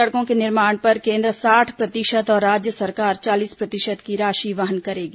सड़कों के निर्माण पर केन्द्र साठ प्रतिशत और राज्य सरकार चालीस प्रतिशत की राशि वहन करेगी